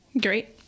Great